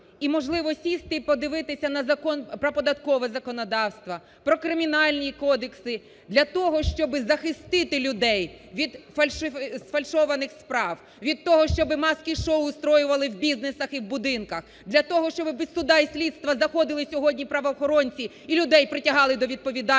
і, можливо, сісти і подивитися на закон, про податкове законодавство, про кримінальні кодекси для того, щоб захистити людей від сфальшованих справ, від того, щоб маски-шоу устроювали в бізнесах і в будинках, для того, щоб без суду і слідства заходили сьогодні правоохоронці, і людей притягали до відповідальності.